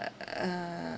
uh